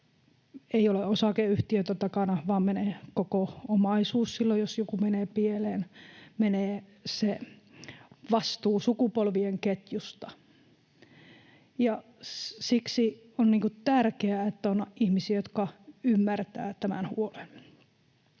ei ole osakeyhtiötä takana vaan menee koko omaisuus silloin, jos jokin menee pieleen. Menee se vastuu sukupolvien ketjusta. Ja siksi on tärkeää, että on ihmisiä, jotka ymmärtävät tämän huolen.